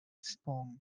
sponge